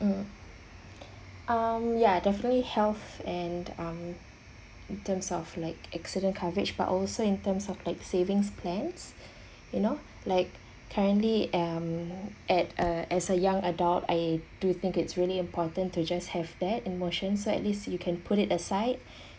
mm um ya definitely health and um in terms of like accident coverage but also in terms of like savings plans you know like currently um at a as a young adult I do think it's really important to just have that in motion so at least you can put it aside